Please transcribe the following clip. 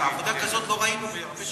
עבודה כזאת לא ראינו כבר הרבה שנים.